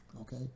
okay